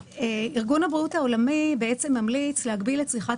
ארגון הבריאות העולמי ממליץ להגביל את צריכת